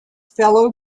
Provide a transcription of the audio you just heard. fellow